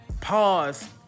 Pause